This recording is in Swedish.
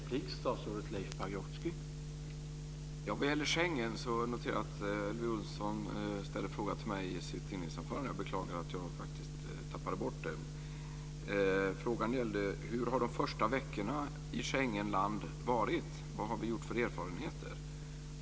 Herr talman! Vad gäller Schengensamarbetet noterar jag att Elver Jonsson ställde en fråga till mig i sitt inledningsanförande. Jag beklagar att jag faktiskt tappade bort den. Frågan gällde hur de första veckorna i Schengenland varit. Vad har vi gjort för erfarenheter?